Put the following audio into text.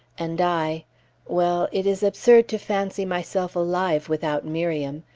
and i well, it is absurd to fancy myself alive without miriam.